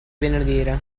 benedire